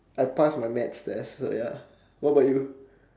I passed my maths test so ya what about you